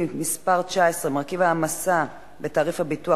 (מס' 19) (מרכיב ההעמסה בתעריף הביטוח),